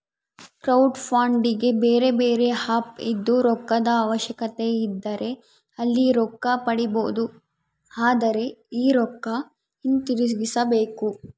ಕ್ರೌಡ್ಫಂಡಿಗೆ ಬೇರೆಬೇರೆ ಆಪ್ ಇದ್ದು, ರೊಕ್ಕದ ಅವಶ್ಯಕತೆಯಿದ್ದರೆ ಅಲ್ಲಿ ರೊಕ್ಕ ಪಡಿಬೊದು, ಆದರೆ ಈ ರೊಕ್ಕ ಹಿಂತಿರುಗಿಸಬೇಕು